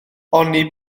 oni